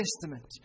Testament